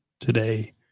today